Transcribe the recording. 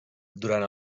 durant